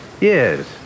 Yes